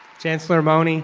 chancellor mone, and